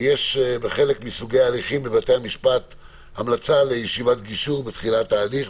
יש בחלק מסוגי ההליכים בבתי המשפט המלצה לישיבת גישור בתחילת ההליך,